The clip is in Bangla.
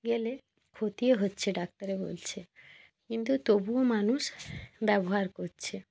গেলে ক্ষতিও হচ্ছে ডাক্তারে বলছে কিন্তু তবুও মানুষ ব্যবহার করছে